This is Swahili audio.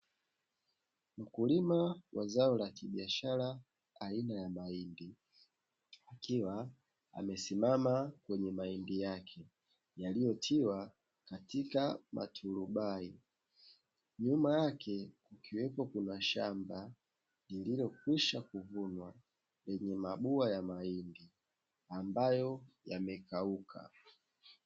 Mkulima wa zao la kibiashara aina ya mahindi, akiwa amesimama kwenye mahindi yake yaliyotiwa katika maturubai. Nyuma yake, ikiwepo kuna shamba lililokwisha kuvunwa, lenye mabua ya mahindi ambayo yamekauka.